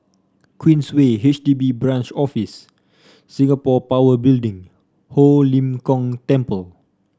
Queensway H D B Branch Office Singapore Power Building Ho Lim Kong Temple